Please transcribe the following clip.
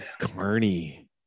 Carney